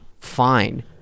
Fine